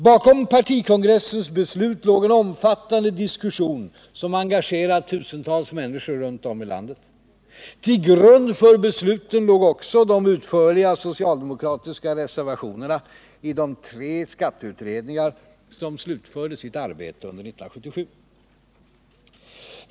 Bakom partikongressens beslut låg en omfattande diskussion som engagerat tusentals människor runt om i landet. Till grund för besluten låg också de utförliga socialdemokratiska reservationerna i de tre skatteutredningar som slutförde sitt arbete under 1977.